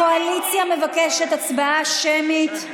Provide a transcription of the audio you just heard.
הקואליציה מבקשת הצבעה שמית.